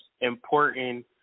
important